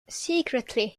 secretly